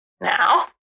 now